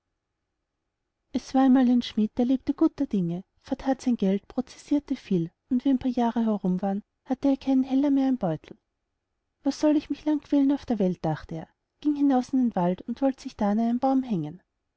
es war einmal ein schmidt der lebte guter dinge verthat sein geld processirte viel und wie ein paar jahr herum waren hatte er keinen heller mehr im beutel was soll ich mich lang quälen auf der welt dachte er ging hinaus in den wald und wollt sich da an einen baum hängen